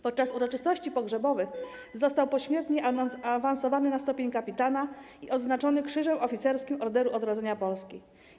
Podczas uroczystości pogrzebowych został pośmiertnie awansowany do stopnia kapitana i odznaczony Krzyżem Oficerskim Orderu Odrodzenia Polski.